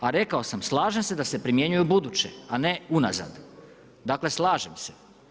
A rekao sam, slažem se da se primjenjuje ubuduće, a ne unazad, dakle slažem se.